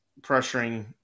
pressuring